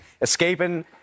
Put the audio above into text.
escaping